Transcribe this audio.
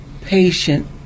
patient